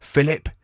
Philip